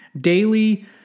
daily